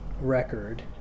record